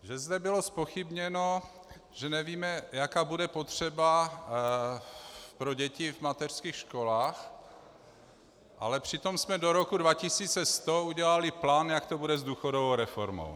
Že zde bylo zpochybněno, že nevíme, jaká bude potřeba pro děti v mateřských školách, ale přitom jsme do roku 2100 udělali plán, jak to bude s důchodovou reformou.